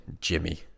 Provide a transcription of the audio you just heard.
Jimmy